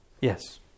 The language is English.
Yes